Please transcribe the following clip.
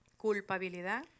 Culpabilidad